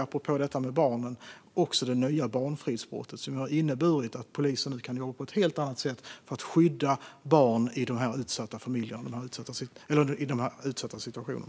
Apropå detta med barnen har vi också det nya barnfridsbrottet, som har inneburit att polisen nu kan jobba på ett helt annat sätt för att skydda barn i utsatta familjer och utsatta situationer.